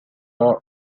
are